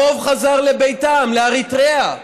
הרוב חזרו לביתם, לאריתריאה.